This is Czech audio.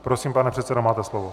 Prosím, pane předsedo, máte slovo.